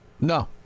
No